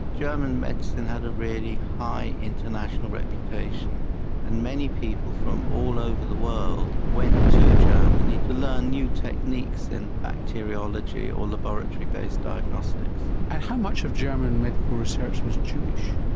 german medicine had a really high international reputation and many people from all over the world went to germany to learn new techniques in bacteriology or laboratory based diagnostics. and how much of german medical research was jewish?